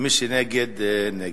ומי שנגד, נגד.